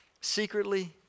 secretly